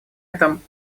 этом